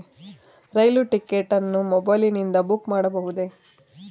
ರೈಲು ticket ಅನ್ನು ಮೊಬೈಲಿಂದ book ಮಾಡಬಹುದೆ?